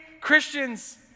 Christians